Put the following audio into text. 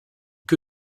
que